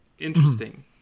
interesting